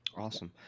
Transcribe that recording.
Awesome